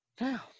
now